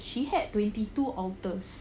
she had twenty two alters